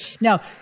Now